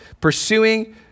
pursuing